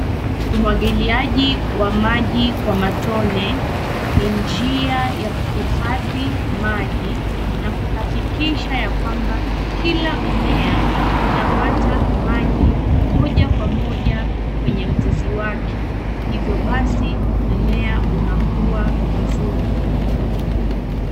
Umwagiliaji wa maji kwa matone ni njia ya kuhifadhi maji na kuhakikisha ya kwamba kila mmea unapata maji moja kwa moja kwenye mzizi wake, hivyobasi mmea unakua vizuri.